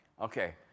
Okay